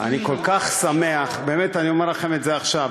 אני כל כך שמח, באמת אני אומר לכם את זה עכשיו.